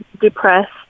depressed